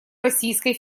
российской